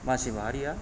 मानसि माहारिआ